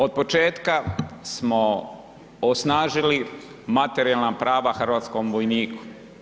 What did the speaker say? Od početka smo osnažili materijalna prava hrvatskom vojniku.